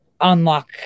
unlock